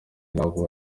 ntabwo